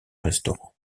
restaurant